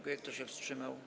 Kto się wstrzymał?